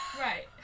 Right